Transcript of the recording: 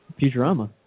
Futurama